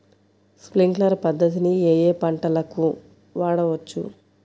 Sprinkler పద్ధతిని ఏ ఏ పంటలకు వాడవచ్చు?